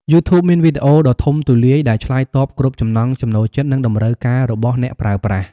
យូធូបមានវីដេអូដ៏ធំទូលាយ ដែលឆ្លើយតបគ្រប់ចំណង់ចំណូលចិត្ត និងតម្រូវការរបស់អ្នកប្រើប្រាស់។